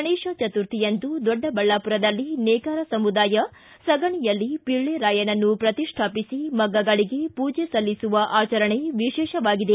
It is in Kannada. ಗಣೇಶ ಚತುರ್ಥಿಯಂದು ದೊಡ್ಡಬಳ್ಳಾಪುರದಲ್ಲಿ ನೇಕಾರ ಸಮುದಾಯ ಸಗಣಿಯಲ್ಲಿ ಪಿಳ್ಳೆರಾಯನನ್ನು ಪ್ರತಿಷ್ಠಾಪಿಸಿ ಮಗ್ಗಗಳಿಗೆ ಪೂಜೆ ಸಲ್ಲಿಸುವ ಆಚರಣೆ ವಿಶೇಷವಾಗಿದೆ